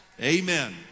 Amen